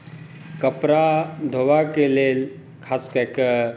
कपड़ा धोबऽ के लेल खास कए कऽ